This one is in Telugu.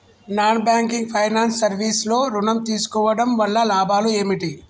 నాన్ బ్యాంకింగ్ ఫైనాన్స్ సర్వీస్ లో ఋణం తీసుకోవడం వల్ల లాభాలు ఏమిటి?